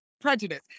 prejudice